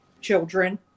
children